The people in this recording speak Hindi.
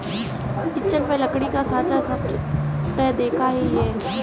किचन में लकड़ी का साँचा सबने देखा ही है